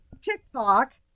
TikTok